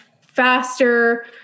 faster